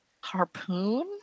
harpoon